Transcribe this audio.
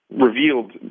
revealed